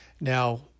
Now